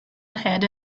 ahead